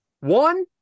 One